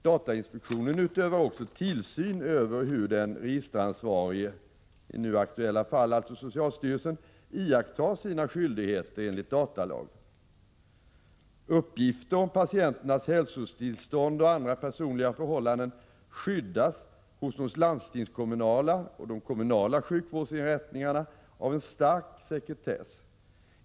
Datainspektionen utövar också tillsyn över hur den registeransvarige, i nu aktuella fall alltså socialstyrelsen, iakttar sina skyldigheter enligt datalagen. Uppgifter om patienternas hälsotillstånd och andra personliga förhållanden skyddas hos de landstingskommunala och kommunala sjukvårdsinrättningarna av en stark sekretess.